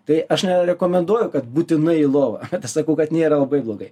tai aš nerekomenduoju kad būtinai į lovą bet aš sakau kad nėra labai blogai